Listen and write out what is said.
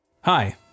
Hi